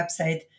website